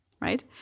right